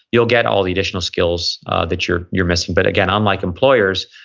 you'll get all the additional skills that you're you're missing but again unlike employers,